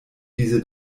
diese